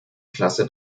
klasse